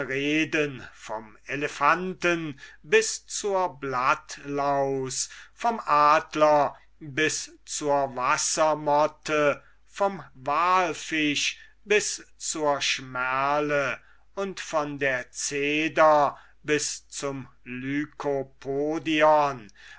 vom elephanten bis zur blattlaus vom adler bis zur wassermotte vom walfisch bis zur schmerle und von der zeder bis zum